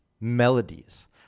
melodies